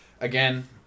Again